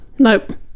Nope